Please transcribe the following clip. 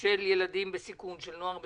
של ילדים ונוער בסיכון,